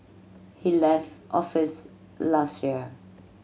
he left office last year